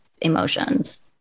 emotions